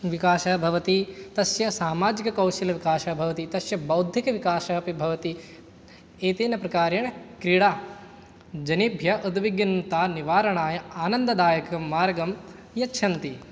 विकासः भवति तस्य सामाजिककौशलविकासः भवति तस्य बौद्धिकविकासः अपि भवति एतेन प्रकारेण क्रीडा जनेभ्यः उद्विग्नतानिवारणाय आनन्ददायकं मार्गं यच्छन्ति